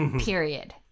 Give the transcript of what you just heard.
Period